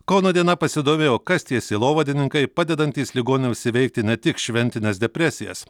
kauno diena pasidomėjo kas tie sielovadininkai padedantys ligoniams įveikti ne tik šventines depresijas